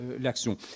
l'action